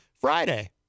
Friday